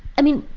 i mean,